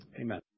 Amen